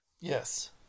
yes